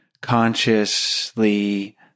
consciously